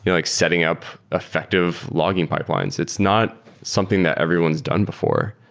like setting up effective logging pipelines. it's not something that everyone's done before.